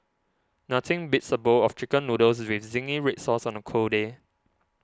nothing beats a bowl of Chicken Noodles with Zingy Red Sauce on a cold day